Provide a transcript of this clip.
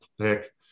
pick